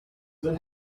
will